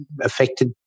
affected